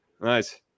Nice